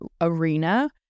arena